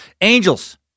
Angels